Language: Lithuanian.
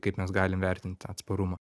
kaip mes galim vertint tą atsparumą